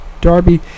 darby